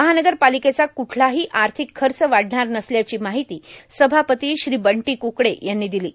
महानगर्पालिकेचा क्ठलाहो आर्थिक खच वाढणार नसल्याची माहिती सभापती बंटो क्कडे यांनी दिलो